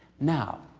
now,